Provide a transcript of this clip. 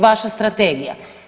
Vaša strategija.